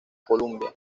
columbia